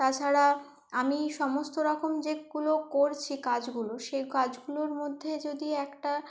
তাছাড়া আমি সমস্ত রকম যেগুলো করছি কাজগুলো সে কাজগুলোর মধ্যে যদি একটা